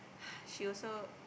she also